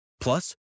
Plus